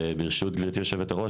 וברשות גברתי היו"ר,